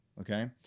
okay